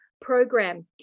program